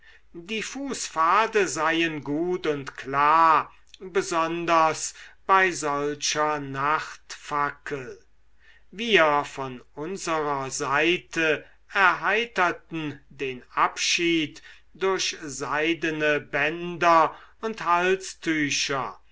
die fußpfade seien gut und klar besonders bei solcher nachtfackel wir von unserer seite erheiterten den abschied durch seidene bänder und halstücher